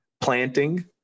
planting